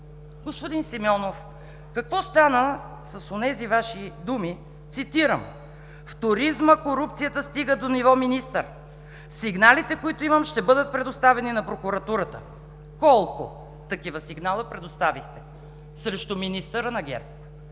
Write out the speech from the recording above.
Господин Симеонов, какво стана с онези Ваши думи, цитирам: „В туризма корупцията стига до ниво министър. Сигналите, които имам, ще бъдат предоставени на Прокуратурата“. Колко такива сигнала предоставихте срещу министъра на ГЕРБ?